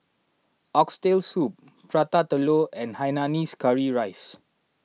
Oxtail Soup Prata Telur and Hainanese Curry Rice